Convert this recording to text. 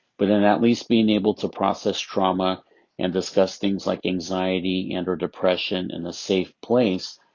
but in at least being able to process trauma and discuss things like anxiety and or depression in a safe place,